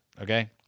okay